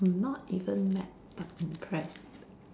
I'm not even mad but impressed